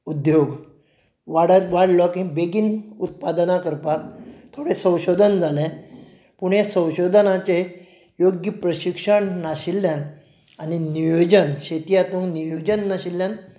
उद्दोग वाडत वाडलो की बेगीन उत्पादनां करपाक थोडें संशोदन जालें पूण ह्या संशोदनाचेर योग्य प्रशिक्षण नाशिल्ल्यान आनी नियोजन शेती हातूंत नियोजन नाशिल्ल्यान